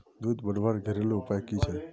दूध बढ़वार घरेलू उपाय की छे?